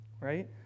right